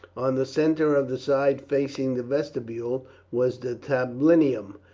on the centre of the side facing the vestibule was the tablinum,